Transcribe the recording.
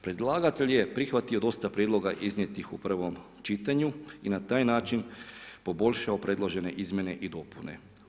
Predlagatelj je prihvatio dosta prijedloga iznijetih u prvom čitanju i na taj način poboljšao predložene izmjene i dopune.